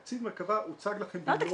תקציב מרכב"ה הוצג לכם במלואו.